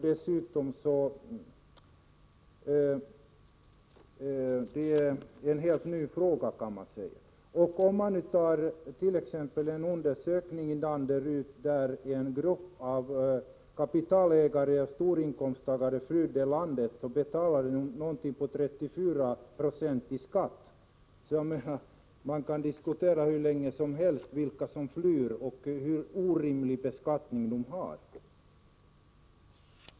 Det är en helt ny fråga, kan man säga. En undersökning i Danderyd gällde en grupp kapitalägare och storinkomsttagare som flydde landet. De betalade ungefär 34 20 i skatt. Man kan diskutera hur länge som helst vilka som flyr och hur orimlig beskattning de har.